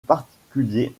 particulier